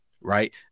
right